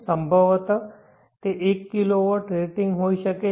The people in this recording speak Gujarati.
સંભવત તે 1 kW રેટિંગ હોઈ શકે છે